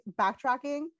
backtracking